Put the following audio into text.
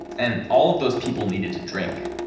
and all of those people needed to drink.